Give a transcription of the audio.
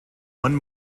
one